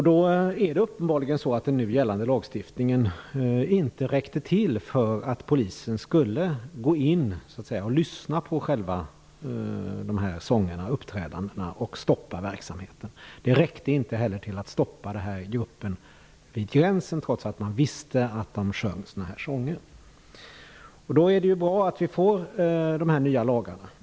Det är uppenbarligen så att den nu gällande lagstiftningen inte räckte till för att Polisen skulle kunna gå in och lyssna på sångerna och uppträdandena och stoppa verksamheten. Den räckte inte heller till för att stoppa den här gruppen vid gränsen, trots att man visste att de sjöng sådana här sånger. Då är det bra att vi får dessa nya lagar.